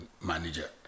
manager